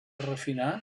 refinar